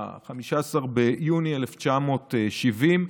ב-15 ביוני 1970,